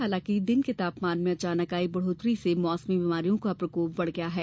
हालांकि दिन के तापमान में अचानक आई बढ़ोत्तरी से मौसमी बीमारियों का प्रकोप बढ़ गया है